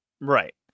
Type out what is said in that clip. Right